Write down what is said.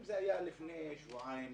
אם לפני שבועיים,